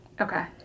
Okay